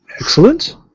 Excellent